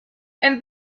and